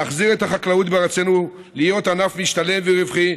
להחזיר את החקלאות בארצנו להיות ענף משתלם ורווחי,